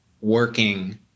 working